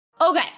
Okay